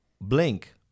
blink